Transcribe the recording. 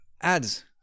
ads